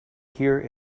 here